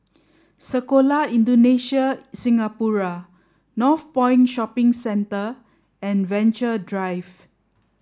Sekolah Indonesia Singapura Northpoint Shopping Centre and Venture Drive